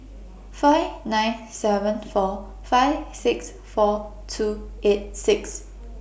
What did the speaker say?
five nine seven four five six four two eight six